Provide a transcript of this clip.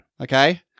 Okay